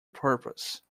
purpose